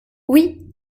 oui